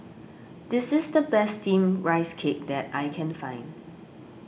this is the best Steamed Rice Cake that I can find